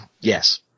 yes